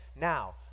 now